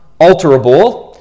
alterable